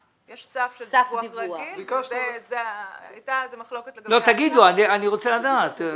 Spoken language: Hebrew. תגידו, אני רוצה לדעת.